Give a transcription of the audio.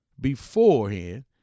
beforehand